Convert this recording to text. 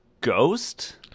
ghost